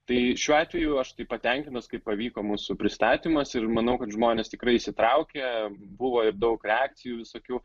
tai šiuo atveju aš tai patenkinus kaip pavyko mūsų pristatymas ir manau kad žmonės tikrai įsitraukia buvo ir daug reakcijų visokių